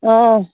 অঁ